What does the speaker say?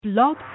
Blog